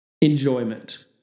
enjoyment